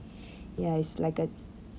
ya it's like a